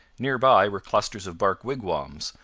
near by were clusters of bark wigwams,